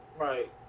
right